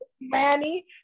manny